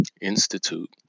Institute